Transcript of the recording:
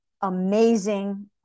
amazing